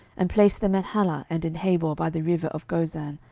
and placed them in halah and in habor by the river of gozan,